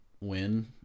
win